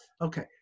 Okay